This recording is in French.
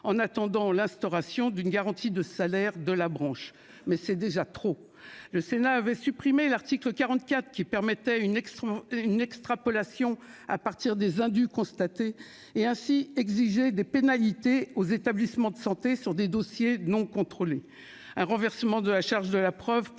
en attendant l'instauration d'une garantie de salaire de la branche, mais c'est déjà trop, le Sénat avait supprimé l'article 44 qui permettait une extrêmement une extrapolation à partir des indus constatés et ainsi exiger des pénalités aux établissements de santé sur des dossiers non contrôlée un renversement de la charge de la preuve